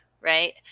right